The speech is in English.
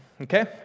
Okay